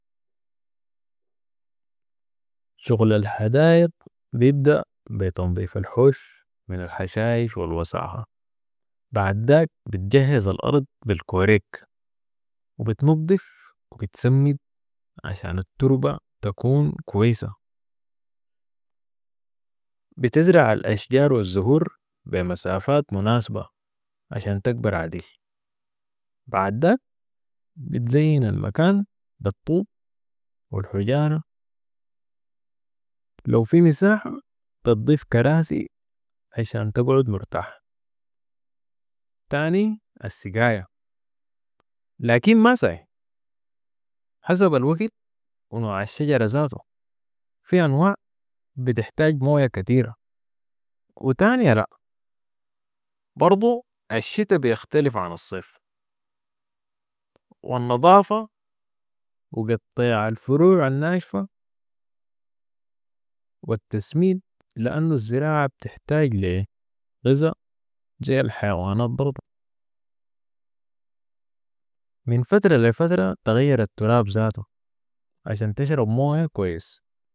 شغل الحدايق بيبدأ بتنضيف الحوش من الحشائش والأوساخة. بعد داك بتجهز الأرض بالكوريك وبتنضيف بتسمد عشان التربة تكون كويسة. بتزرع الأشجار والزهور بمسافات مناسبة عشان تكبر عديل. بعد داك، بتزين المكان بالطوب و الحجارة، لو في مساحة بتضيف كراسي عشان تقعد مرتاح. تاني السقاية لكن ما ساي حسب الوكت ونوع الشجره زاتو في انواع بتحتاج موية كتيره وتانيه لا، برضو الشتا بيختلف عن الصيف والنضافة وقطيع الفروع الناشفه والتسميد لانو الزراعه بتحتاج لي غزا ذي الحيوان برضو ومن فتره لي فتره تغير التراب زاتوعشان تشرب مويه كويس